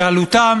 שעלותם